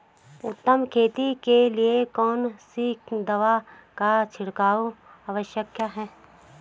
उत्तम खेती के लिए कौन सी दवा का छिड़काव आवश्यक है?